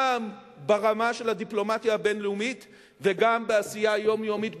גם ברמה של הדיפלומטיה הבין-לאומית וגם בעשייה היומיומית בישראל.